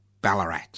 Ballarat